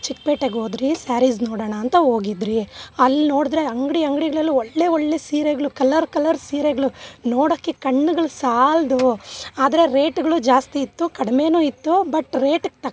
ಚಿಕ್ಪೇಟೆಗೆ ಹೋದ್ರಿ ಸಾರೀಸ್ ನೋಡೋಣ ಅಂತ ಹೋಗಿದ್ರಿ ಅಲ್ಲಿ ನೋಡಿದ್ರೆ ಅಂಗಡಿ ಅಂಗಡಿಗಳಲ್ಲು ಒಳ್ಳೆ ಒಳ್ಳೆ ಸೀರೆಗಳು ಕಲ್ಲರ್ ಕಲ್ಲರ್ ಸೀರೆಗಳು ನೋಡೋಕ್ಕೆ ಕಣ್ಣುಗಳ್ ಸಾಲದು ಆದರೆ ರೇಟ್ಗಳು ಜಾಸ್ತಿ ಇತ್ತು ಕಡಿಮೇನು ಇತ್ತು ಬಟ್ ರೇಟ್